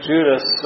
Judas